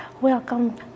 Welcome